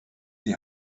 die